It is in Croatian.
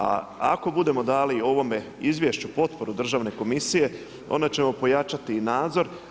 A ako budemo dali ovome izvješću potporu Državne komisije, onda ćemo pojačati i nadzor.